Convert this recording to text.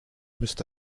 müsste